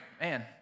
man